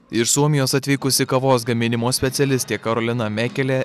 iš suomijos atvykusi kavos gaminimo specialistė karolina mekelė